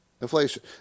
inflation